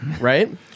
Right